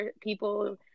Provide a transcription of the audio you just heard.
people –